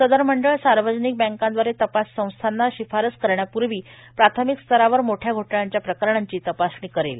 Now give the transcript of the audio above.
सदर मंडळ सार्वजनिक बँकांदवारे तपास संस्थांना शिफारस करण्यापूर्वी प्राथमिक स्तरावर मोठया घोटाळयांच्या प्रकरणांची तपासणी करेल